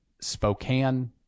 Spokane